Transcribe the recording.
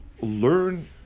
learn